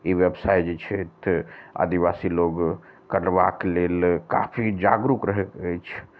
ई व्यवसाय जे छथि आदिवासी लोग करबाक लेल काफी जागरूक रहैत अछि